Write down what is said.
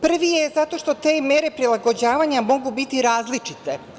Prvi je zato što te mere prilagođavanja mogu biti različite.